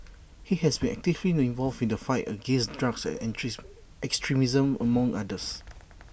he has been actively involved in the fight against drugs and extremism among others